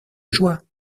joie